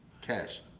cash